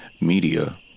Media